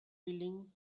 peeling